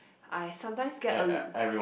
I sometimes get a